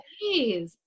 please